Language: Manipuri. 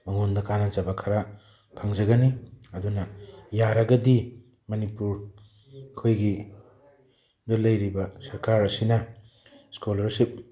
ꯃꯉꯣꯟꯗ ꯀꯥꯟꯅꯖꯕ ꯈꯔ ꯐꯪꯖꯒꯅꯤ ꯑꯗꯨꯅ ꯌꯥꯔꯒꯗꯤ ꯃꯅꯤꯄꯨꯔ ꯑꯩꯈꯣꯏꯒꯤꯗ ꯂꯩꯔꯤꯕ ꯁꯔꯀꯥꯔ ꯑꯁꯤꯅ ꯁ꯭ꯀꯣꯂꯔꯁꯤꯞ